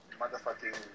motherfucking